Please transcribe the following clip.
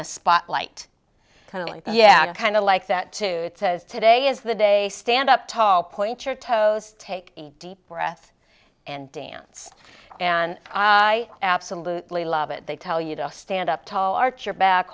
the spotlight kind of like yeah kind of like that too says today is the day stand up tall point your toes take a deep breath and dance and i absolutely love it they tell you to stand up tall arch your back